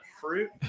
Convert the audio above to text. fruit